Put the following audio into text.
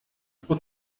pro